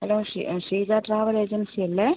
hello Sreeja travel ഏജൻസിയല്ലേ